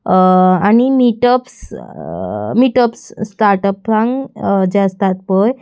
आनी meetups meetups स्टार्टअपांक जे आसतात पय